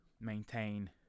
maintain